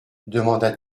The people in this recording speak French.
demanda